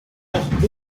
auch